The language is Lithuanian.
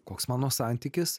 koks mano santykis